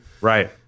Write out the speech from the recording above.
Right